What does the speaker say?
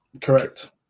Correct